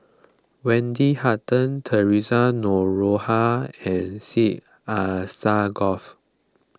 Wendy Hutton theresa Noronha and Syed Alsagoff